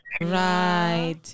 Right